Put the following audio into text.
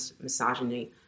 misogyny